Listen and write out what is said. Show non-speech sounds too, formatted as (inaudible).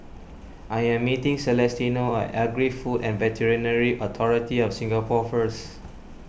I am meeting Celestino (noise) at Agri Food and Veterinary Authority of Singapore first